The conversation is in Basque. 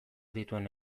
dituen